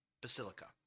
Basilica